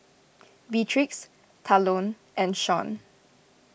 Beatrix Talon and Shon